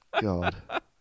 God